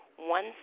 one